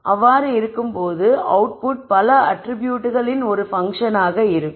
அவ்வாறு இருக்கும் போது அவுட்புட் பல அட்ரிபியூட்களின் பங்க்ஷன் ஆக இருக்கும்